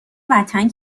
وطن